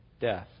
death